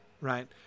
right